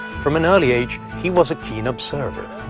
from an early age, he was a keen observer.